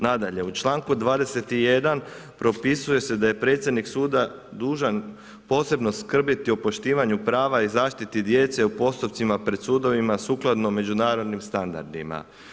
Nadalje, u članku 21. propisuje se da je predsjednik suda dužan posebno skrbiti o poštivanju prava i zaštiti djece u postupcima pred sudovima sukladno međunarodnim standardima.